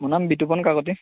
মোৰ নাম বিতুপন কাকতি